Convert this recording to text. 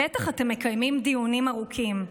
בטח אתם מקיימים דיונים ארוכים.